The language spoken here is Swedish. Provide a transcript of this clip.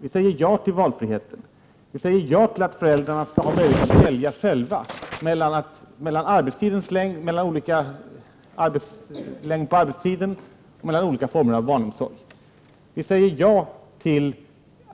Vi säger ja till valfrihet. Vi säger ja till att föräldrarna får möjlighet att själva välja. Det gäller då arbetstidens längd och olika former av barnomsorg. Vi säger ja till